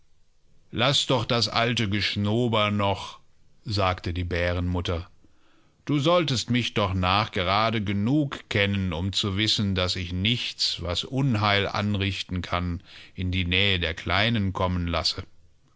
laß doch das alte geschnober noch sagte die bärenmutter du solltest mich doch nachgerade genug kennen um zu wissen daß ich nichts was unheil anrichten kann in die nähe der kleinen kommen lasse